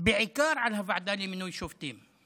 בעיקר על הוועדה למינוי שופטים,